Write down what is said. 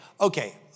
Okay